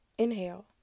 inhale